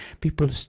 people